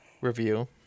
review